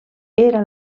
era